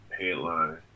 headline